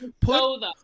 put